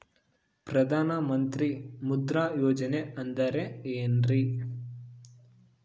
ಪ್ರಧಾನ ಮಂತ್ರಿ ಮುದ್ರಾ ಯೋಜನೆ ಅಂದ್ರೆ ಏನ್ರಿ?